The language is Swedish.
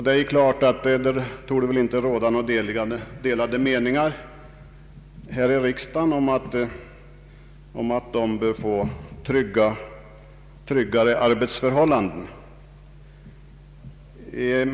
Det torde inte råda delade meningar här i riksdagen om att dessa bör få tryggare arbetsförhållanden.